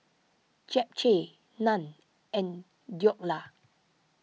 Japchae Naan and Dhokla